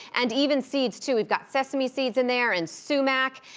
and even seeds, too. we've got sesame seeds in there and sumac,